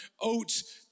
oats